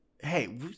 Hey